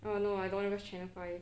err no I don't watch channel five